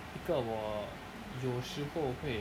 一个我有时候会